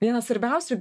vienas svarbiausių